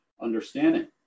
understanding